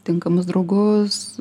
tinkamus draugus